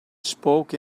spoke